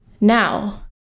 Now